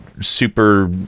super